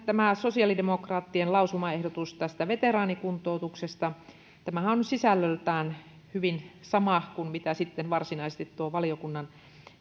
tämä sosiaalidemokraattien lausumaehdotus veteraanikuntoutuksesta tämähän on on sisällöltään hyvin sama kuin varsinaisesti tuo valiokunnan